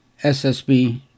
SSB